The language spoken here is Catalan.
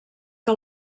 que